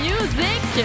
Music